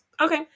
Okay